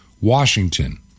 Washington